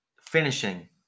finishing